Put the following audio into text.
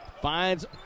Finds